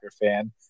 fan